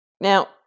Now